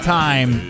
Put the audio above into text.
time